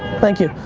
thank you.